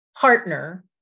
partner